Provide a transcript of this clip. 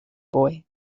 boy